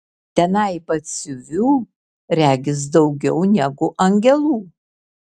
tenai batsiuvių regis daugiau negu angelų